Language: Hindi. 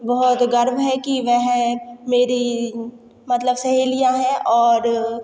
बहुत गर्व है कि वह मेरी मतलब सहेलियाँ है और